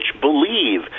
believe